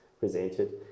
presented